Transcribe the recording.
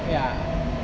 ya